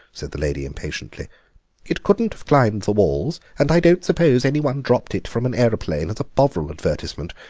said the lady impatiently it couldn't have climbed the walls, and i don't suppose anyone dropped it from an aeroplane as a bovril advertisement.